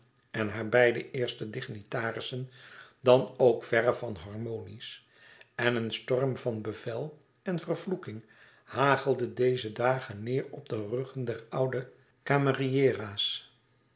en haar beide eerste dignitarissen dan ook verre van harmonisch en een storm van bevel en vervloeking hagelde deze dagen neêr op de ruggen der oude